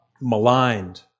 maligned